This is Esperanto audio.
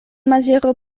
maziero